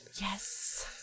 Yes